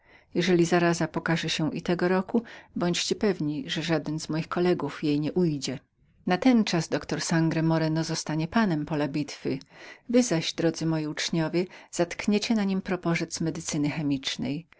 jeżeli zaraza pokaże się i tego roku bądźcie pewni że żaden z moich kollegów jej nie ujdzie natenczas doktor sangro moreno zostanie panem pola bitwy wy zaś drodzy moi uczniowie zatkniecie na niem proporzec medycyny chemicznej